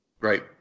Right